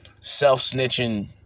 Self-snitching